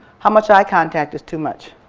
how much eye contact is too much?